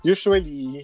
Usually